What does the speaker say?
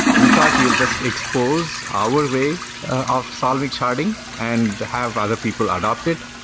we thought we will just expose our way of solving sharding and have other people adopt it,